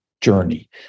journey